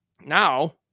now